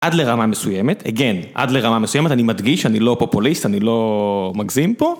עד לרמה מסוימת, again, עד לרמה מסוימת אני מדגיש, אני לא פופוליסט, אני לא מגזים פה.